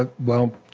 ah well,